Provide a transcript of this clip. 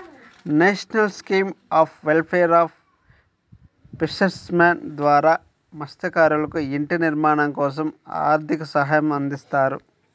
national scheme of welfare of fishermen ద్వారా మత్స్యకారులకు ఇంటి నిర్మాణం కోసం ఆర్థిక సహాయం అందిస్తారు